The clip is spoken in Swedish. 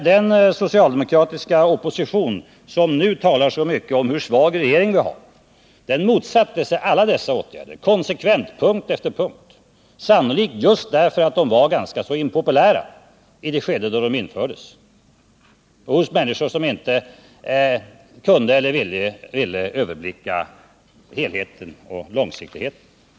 Den socialdemokratiska oppositionen, som nu talar så mycket om hur svag regering vi har, motsatte sig alla dessa åtgärder konsekvent, på punkt efter punkt — sannolikt just därför att de tedde sig ganska impopulära för dem som inte kunde eller ville överblicka helheten och långsiktigheten.